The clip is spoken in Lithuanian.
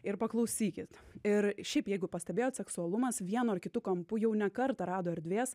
ir paklausykit ir šiaip jeigu pastebėjot seksualumas vienu ar kitu kampu jau ne kartą rado erdvės